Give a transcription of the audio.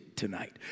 tonight